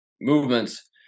movements